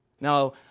Now